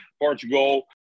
Portugal